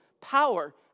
power